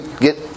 get